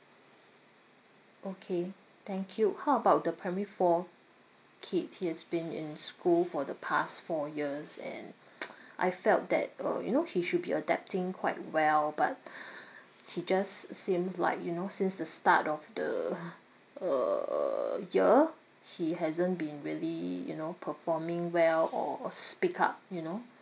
okay thank you how about the primary four kid he has been in school for the past four years and I felt that uh you know he should be adapting quite well but he just seems like you know since the start of the uh uh year he hasn't been really you know performing well or or speak up you know